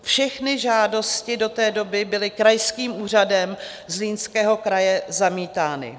Všechny žádosti do té doby byly Krajským úřadem Zlínského kraje zamítány.